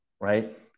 right